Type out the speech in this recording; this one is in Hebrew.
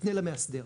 פנה למאסדר.